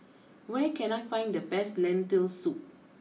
where can I find the best Lentil Soup